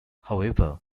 however